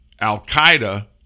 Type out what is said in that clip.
Al-Qaeda